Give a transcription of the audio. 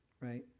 right